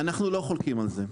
אנו לא חולקים על זה.